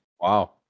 wow